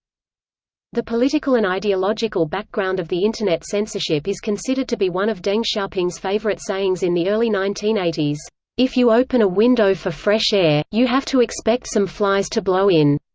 the political and ideological background of the internet censorship is considered to be one of deng xiaoping's favorite sayings in the early nineteen eighty s if you open a window for fresh air, you have to expect some flies to blow in.